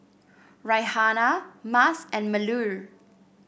Raihana Mas and Melur